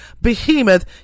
behemoth